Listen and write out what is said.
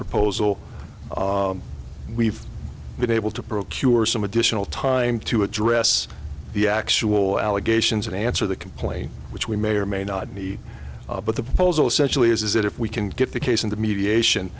proposal we've been able to procure some additional time to address the actual allegations and answer the complaint which we may or may not meet but the proposal essentially is that if we can get the case in the mediation